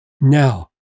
Now